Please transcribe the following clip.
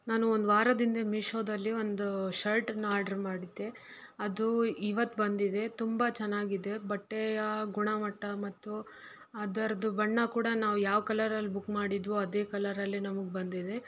ನಾನು ಒಂದು ವಾರದ ಹಿಂದೆ ಮಿಶೋದಲ್ಲಿ ಒಂದು ಶರ್ಟನ್ನು ಆರ್ಡ್ರ್ ಮಾಡಿದ್ದೆ ಅದು ಇವತ್ತು ಬಂದಿದೆ ತುಂಬ ಚೆನ್ನಾಗಿದೆ ಬಟ್ಟೆಯ ಗುಣಮಟ್ಟ ಮತ್ತು ಅದರದು ಬಣ್ಣ ಕೂಡ ನಾವು ಯಾವ ಕಲರಲ್ಲಿ ಬುಕ್ ಮಾಡಿದ್ದೆವೋ ಅದೇ ಕಲರಲ್ಲಿ ನಮಗೆ ಬಂದಿದೆ